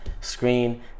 screen